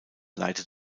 leitet